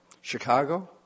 Chicago